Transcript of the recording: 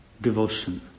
devotion